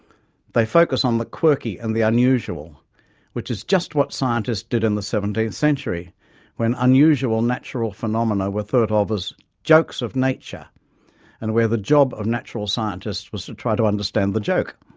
they focus on the quirky and the unusual which is just what scientists did in the seventeenth century when unusual natural phenomena were thought of as jokes of nature and where the job of natural scientists was to try to understand the joke.